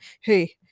Hey